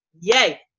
Yay